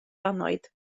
annwyd